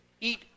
eat